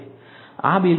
આ બિલકુલ સ્પષ્ટ છે